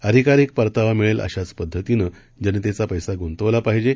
अधिकाधिक परतावा मिळेल अशाच पद्धतीनं जनतेचा पैसा गुंतवला पाहिजे